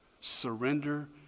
Surrender